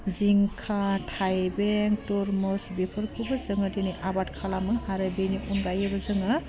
जिंखा थाइबें तुरमुस बेफोरखौबो जोङो दिनै आबाद खालामो आरो बिनि अनगायैबो जोङो